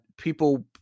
People